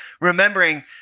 remembering